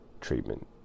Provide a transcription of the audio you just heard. treatment